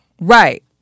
Right